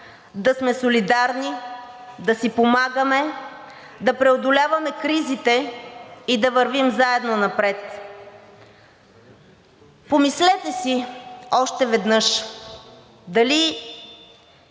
да сме солидарни, да си помагаме, да преодоляваме кризите и да вървим заедно напред. Помислете си още веднъж дали